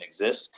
exist